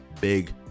big